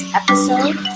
episode